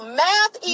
math